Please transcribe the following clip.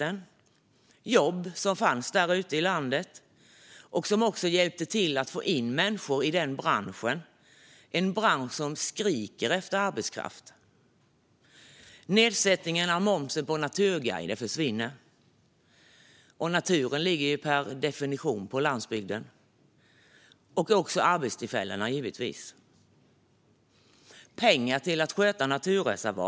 Det var jobb som fanns där ute i landet och som också hjälpte till att få in människor i denna bransch, en bransch som skriker efter arbetskraft. Nedsättningen av moms på naturguider försvinner. Och naturen ligger per definition på landsbygden, och givetvis också arbetstillfällena. Det handlar om pengar för att sköta naturreservat.